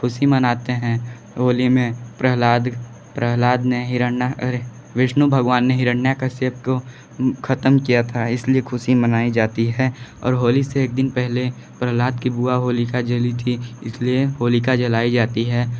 खुशी मनाते हैं होली में प्रह्लाद प्रह्लाद ने अरे विष्णु भगवान ने हिरण्यकश्यप को खत्म किया था इसलिए खुशी मनाई जाती है और होली से एक दिन पहले प्रहलाद की बुआ को लिखा जली थी इसलिए होलिका जलाई जाती है